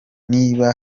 niba